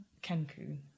Kenku